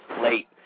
late